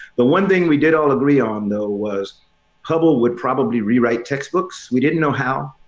the one thing we did all agree on, though, was hubble would probably rewrite textbooks. we didn't know how.